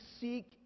seek